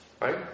Right